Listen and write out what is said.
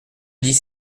dix